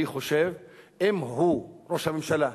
אם הוא, ראש הממשלה,